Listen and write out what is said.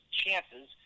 chances